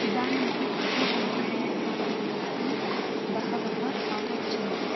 इदानीमपि कप्पेशङ्करदेवस्थानं द्रष्टुं बहवः आगच्छन्ति